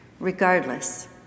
Regardless